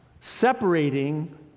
separating